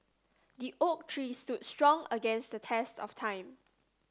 the oak tree stood strong against the test of time